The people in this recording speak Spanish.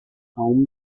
aún